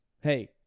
Hey